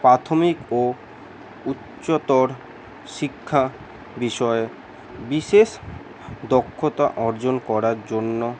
প্রাথমিক ও উচ্চতর শিক্ষা বিষয় বিশেষ দক্ষতা অর্জন করার জন্য